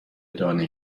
دانه